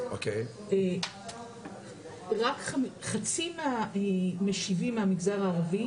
רק חצי מהמשיבים מהמגזר הערבי,